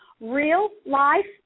real-life